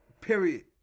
period